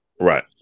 Right